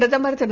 பிரதமர் திரு